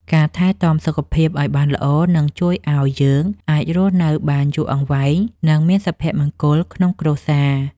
ការថែទាំសុខភាពឱ្យបានល្អនឹងជួយឱ្យយើងអាចរស់នៅបានយូរអង្វែង និងមានសុភមង្គលក្នុងគ្រួសារ។